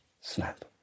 snap